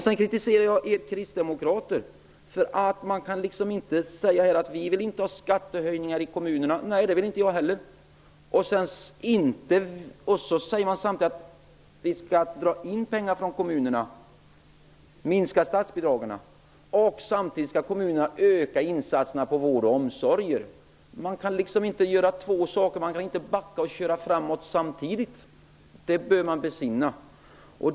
Jag kritiserar er kristdemokrater, därför att man kan inte säga att man inte vill ha skattehöjningar i kommunerna -- det vill inte jag heller -- samtidigt som man säger att vi skall dra in pengar från kommunerna, minska statsbidragen. Samtidigt skall kommunerna öka insatserna på vård och omsorger. Man kan inte både backa och köra framåt samtidigt. Det bör man besinna.